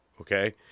okay